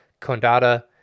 Condada